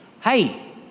hey